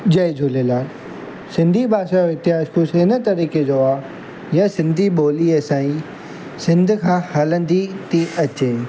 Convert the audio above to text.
जय झूलेलाल सिंधी भाषा जो इतिहास कुझु हिन तरीक़े जो आहे इहा सिंधी बोली असांजी सिंध खां हलंदी थी अचे